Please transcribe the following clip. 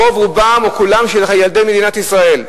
רוב רובם או כל ילדי מדינת ישראל,